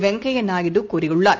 வெங்கையாநாயுடு கூறியுள்ளார்